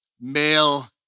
male